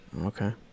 Okay